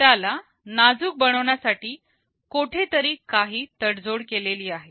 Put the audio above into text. त्याला नाजूक बनवण्यासाठी कोठेतरी काही तडजोड केलेली आहे